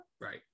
Right